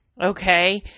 Okay